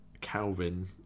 Calvin